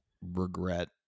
regret